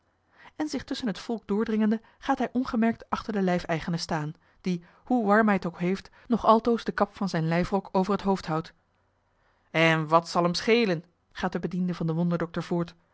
en zich tusschen het volk doordringende gaat hij ongemerkt achter den lijfeigene staan die hoe warm hij het ook heeft nog altoos de kap van zijne lijfrok over het hoofd houdt en wat zal hem schelen gaat de bediende van den wonderdokter voort